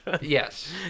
Yes